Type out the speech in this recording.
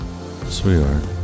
Sweetheart